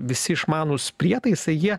visi išmanūs prietaisai jie